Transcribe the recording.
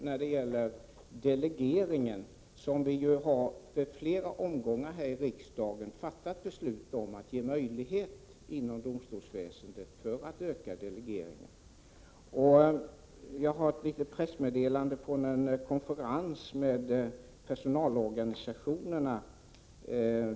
Riksdagen har i flera omgångar fattat beslut om att man skall ge möjlighet för domstolsväsendet att öka delegeringen. Jag har ett pressmeddelande från en konferens med personalorganisationer.